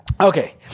Okay